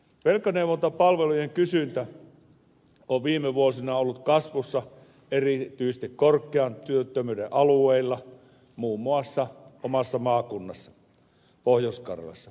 velkaneuvontapalvelujen kysyntä on viime vuosina ollut kasvussa erityisesti korkean työttömyyden alueilla muun muassa omassa maakunnassani pohjois karjalassa